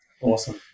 Awesome